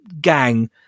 gang